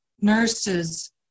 Nurses